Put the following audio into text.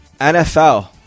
NFL